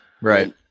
right